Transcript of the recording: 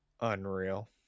unreal